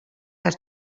els